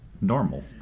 Normal